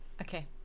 Okay